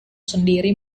sendiri